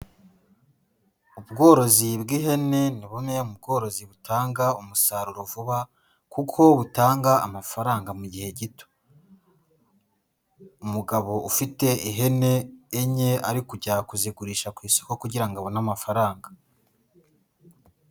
Ubworozi bw'ihene ni bumwe mu bworozi butanga umusaruro vuba kuko butanga amafaranga mu gihe gito, umugabo ufite ihene enye ari kujya kuzigurisha ku isoko kugira ngo abone amafaranga.